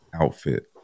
outfit